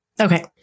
Okay